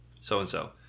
so-and-so